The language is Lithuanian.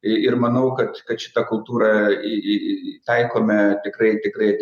ir manau kad kad šita kultūra į į į taikome tikrai tikrai